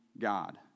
God